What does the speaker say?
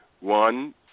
one